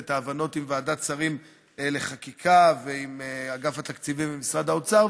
את ההבנות עם ועדת שרים לחקיקה ועם אגף התקציבים במשרד האוצר.